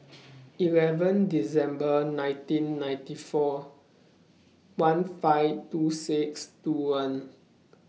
eleven December nineteen ninety four one five two six two one